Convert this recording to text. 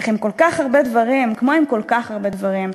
אך כמו עם כל כך הרבה דברים,